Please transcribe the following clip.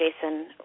Jason